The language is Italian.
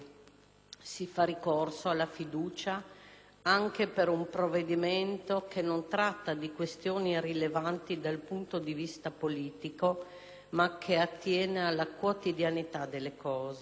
si fa ricorso alla fiducia anche per un provvedimento che non tratta di questioni rilevanti dal punto di vista politico, ma che attiene alla quotidianità delle cose